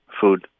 food